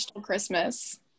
Christmas